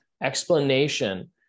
Explanation